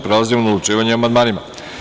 Prelazimo na odlučivanje o amandmanima.